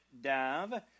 Dav